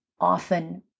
often